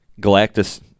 Galactus